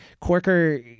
Corker